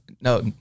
no